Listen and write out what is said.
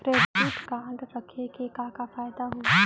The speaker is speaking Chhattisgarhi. क्रेडिट कारड रखे के का का फायदा हवे?